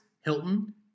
Hilton